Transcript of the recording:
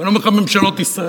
אני אומר לך ממשלות ישראל,